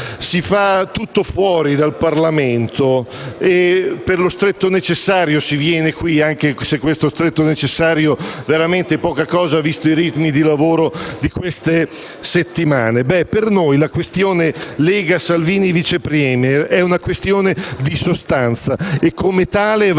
si fa tutto fuori dal Parlamento e per lo stretto necessario si viene qui, anche se questo stretto necessario è veramente poca cosa, visti i ritmi di lavoro delle ultime settimane. Ebbene, per noi la questione Lega-Salvini vice*premier* è una questione di sostanza e come tale va